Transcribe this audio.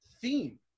theme